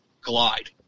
glide